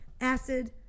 Acid